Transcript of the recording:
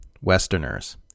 Westerners